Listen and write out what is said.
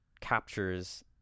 captures